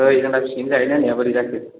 ओइ जोंना पिकनिक जाहैनो होननाया बोरै जाखो